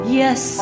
yes